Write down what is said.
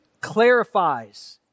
clarifies